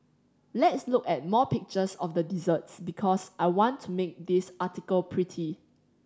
let's look at more pictures of the desserts because I want to make this article pretty